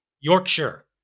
Yorkshire